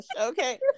Okay